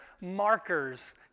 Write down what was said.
markers